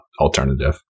alternative